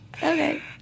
Okay